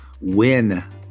win